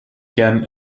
gerne